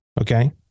okay